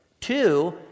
Two